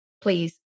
Please